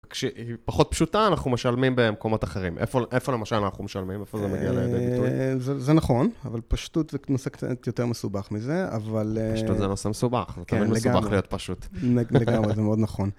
-כשהיא פחות פשוטה, אנחנו משלמים במקומות אחרים. -איפה למשל אנחנו משלמים? איפה זה מגיע לידי ביטוי? -זה נכון, אבל פשטות זה נושא קצת יותר מסובך מזה, אבל... -פשטות זה נושא מסובך, זה תמיד מסובך להיות פשוט. -לגמרי, זה מאוד נכון.